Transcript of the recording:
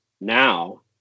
now